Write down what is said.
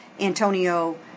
Antonio